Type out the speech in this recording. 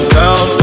down